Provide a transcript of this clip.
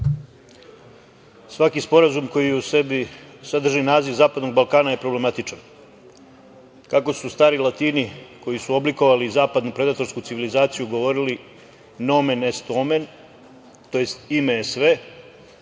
Svaki sporazum koji u sebi sadrži naziv zapadnog Balkana je problematičan. Tako su Stari Latini koji su oblikovali zapadnu predatorsku civilizaciju govorili – nomen est omen, tj ime je sve.